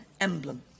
emblem